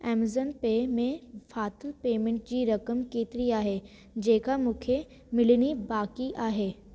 Amazon pay में फाथल payment जी रक़म केतिरी आहे जेका मूंखे मिलणी बाक़ी आहे